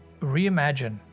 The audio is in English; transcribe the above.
reimagine